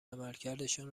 عملکردشان